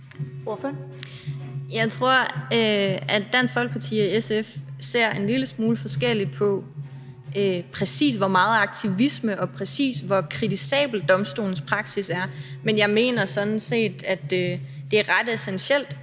Jeg tror, at Dansk Folkeparti og SF ser en lille smule forskelligt på, præcis hvor meget aktivisme der er i domstolens praksis, og præcis hvor kritisabel domstolens praksis er. Men jeg mener sådan set, at det er ret essentielt,